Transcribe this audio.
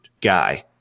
guy